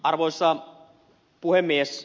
arvoisa puhemies